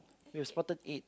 we've spotted eight